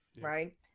right